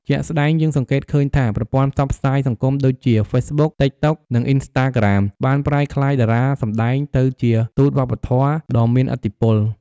ជាក់ស្ដែងយើងសង្កេតឃើញថា ប្រព័ន្ធផ្សព្វផ្សាយសង្គមដូចជា ហ្វេសប៊ុក តិកតុក និង អុីនស្តាក្រាម បានប្រែក្លាយតារាសម្ដែងទៅជា "ទូតវប្បធម៌" ដ៏មានឥទ្ធិពល។